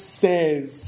says